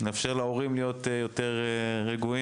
נאפשר להורים להיות יותר רגועים.